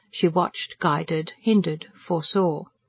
she watched, guided, hindered, foresaw.